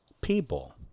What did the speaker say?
people